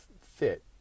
fit